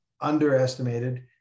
underestimated